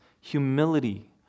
humility